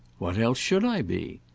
what else should i be?